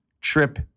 Trip